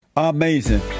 Amazing